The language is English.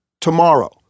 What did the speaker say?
tomorrow